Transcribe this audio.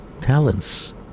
talents